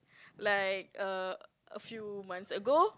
like err a few months ago